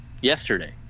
yesterday